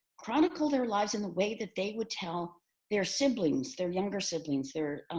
chronicle their lives in the way that they would tell their siblings, their younger siblings, their